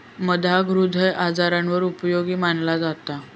मधाक हृदय आजारांवर उपयोगी मनाला जाता